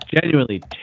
genuinely